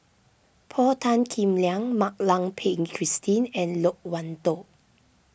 Paul Tan Kim Liang Mak Lai Peng Christine and Loke Wan Tho